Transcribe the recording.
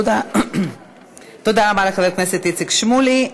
תודה רבה לחבר הכנסת איציק שמולי,